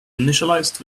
initialized